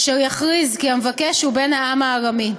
אשר יכריז כי המבקש הוא בן העם הארמי.